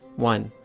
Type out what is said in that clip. one,